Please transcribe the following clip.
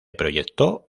proyectó